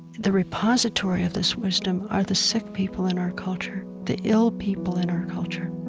the repository of this wisdom are the sick people in our culture, the ill people in our culture